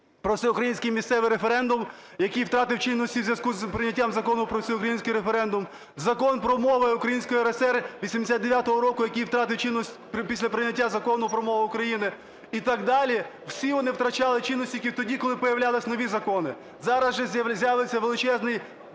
"Про всеукраїнський ті місцеві референдуми", який втратив чинність у зв'язку з прийняттям Закону "Про всеукраїнський референдум"; Закон "Про мови в Українській РСР" 89-го року, який втратив чинність після прийняття Закону про мову в Україні і так далі. Всі вони втрачали чинність тільки тоді, коли появлялись нові закони. Зараз же з'явиться величезна, широка